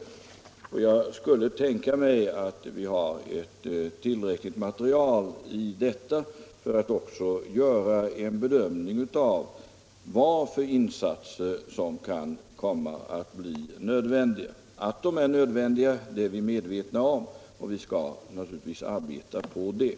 ningsskapande industriprojekt Jokkmokk Jag skulle tänka mig att vi där har ett tillräckligt material för att också göra en bedömning av vilka insatser som kan komma att bli nödvändiga. Att insatser är nödvändiga är vi medvetna om, och vi skall naturligtvis arbeta med detta.